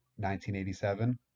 1987